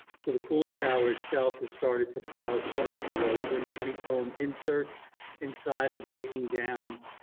so the cooling tower itself has started to fail at showing corrosion, the honeycomb inserts inside are breaking down,